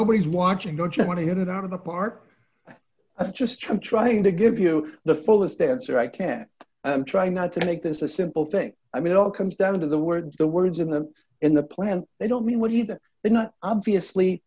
nobody's watching don't you want to get it out of the park i'm just trying to give you the fullest answer i can i'm trying not to make this a simple thing i mean it all comes down to the words the words in the in the plan they don't mean what he that they're not obviously